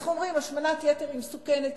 אנחנו אומרים: השמנת יתר מסוכנת,